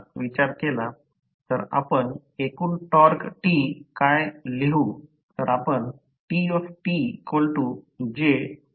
तर रोटर प्रत्यक्षात induction machine rotor साठी शॉर्ट सर्किट केले जातात